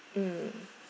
mm